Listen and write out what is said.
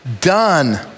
done